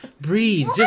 Breathe